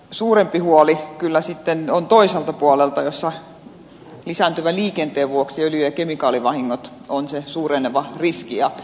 suurempi huoli kyllä sitten on toiselta puolelta missä lisääntyvän liikenteen vuoksi öljy ja kemikaalivahingot ovat se suureneva riski